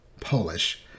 Polish